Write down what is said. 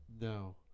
No